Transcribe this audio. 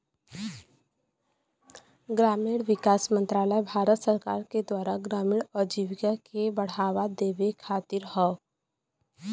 ग्रामीण विकास मंत्रालय भारत सरकार के द्वारा ग्रामीण आजीविका के बढ़ावा देवे खातिर हौ